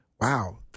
wow